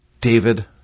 David